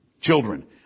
Children